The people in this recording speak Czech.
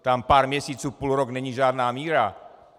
Tam pár měsíců, půlrok není žádná míra.